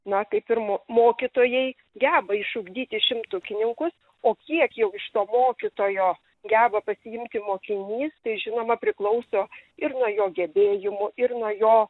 na kaip ir mo mokytojai geba išugdyti šimtukininkus o kiek jau iš to mokytojo geba pasiimti mokinys tai žinoma priklauso ir nuo jo gebėjimų ir nuo jo